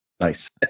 Nice